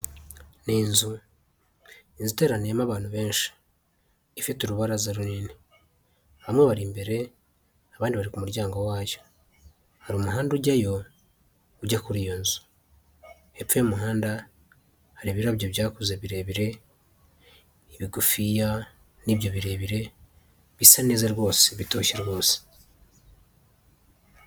Ni inzu, inzu iteraniyemo abantu benshi. Ifite urubaraza runini. Bamwe bari imbere, abandi bari ku muryango wayo. Hari umuhanda ujyayo ujya kuri iyo nzu. Hepfo y’umuhanda hari ibirabyo byakuze birebire, ibigufiya n’ ibyo birebire bisa neza rwose bitoshye rwose.